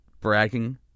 bragging